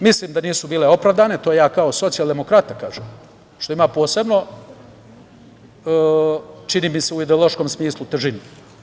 Mislim da nisu bile opravdane i to ja kao socijaldemokrata kažem, što ima posebno, čini mi se, u ideološkom smislu težinu.